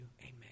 Amen